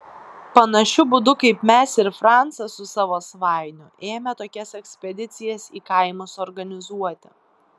panašiu būdu kaip mes ir francas su savo svainiu ėmė tokias ekspedicijas į kaimus organizuoti